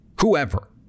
whoever